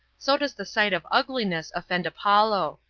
so does the sight of ugliness offend apollo.